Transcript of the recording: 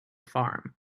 farm